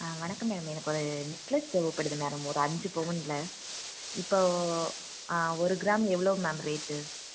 ஆ வணக்கம் மேம் எனக்கு ஒரு நெக்லஸ் தேவைப்படுது மேடம் ஒரு அஞ்சு பவுனில் இப்போ ஒரு கிராம் எவ்வளோ மேம் ரேட்டு